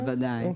בוודאי.